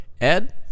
Ed